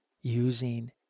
using